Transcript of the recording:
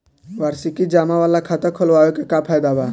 वार्षिकी जमा वाला खाता खोलवावे के का फायदा बा?